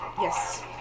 Yes